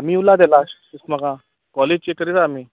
आमी उल्ला ते लाश दिस्त म्हाका कॉलेज चॅक करीत आसा आमी